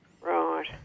Right